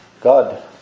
God